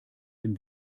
dem